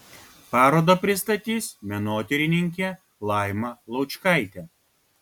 parodą pristatys menotyrininkė laima laučkaitė